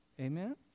Amen